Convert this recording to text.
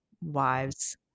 wives